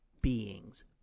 being's